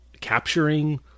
capturing